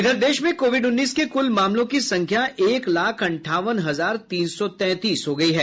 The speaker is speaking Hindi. इधर देश में कोविड उन्नीस के कुल मामलों की संख्या एक लाख अंठावन हजार तीन सौ तैंतीस हो गई है